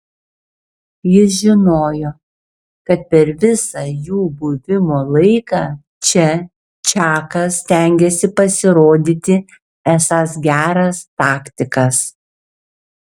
jis žinojo kad per visą jų buvimo laiką čia čakas stengiasi pasirodyti esąs geras taktikas